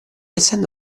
essendo